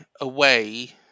away